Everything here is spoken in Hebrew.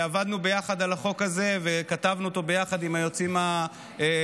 עבדנו יחד על החוק הזה וכתבנו אותו יחד עם היועצים המשפטיים.